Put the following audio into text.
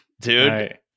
dude